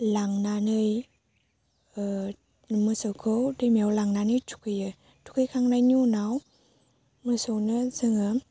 लांनानै मोसौखौ दैमायाव लांनानै थुखैयो थुखै खांनायनि उनाव मोसौनो जोङो